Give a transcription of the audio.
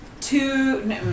two